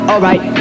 Alright